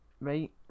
right